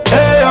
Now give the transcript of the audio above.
Hey